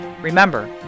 Remember